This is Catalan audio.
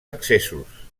accessos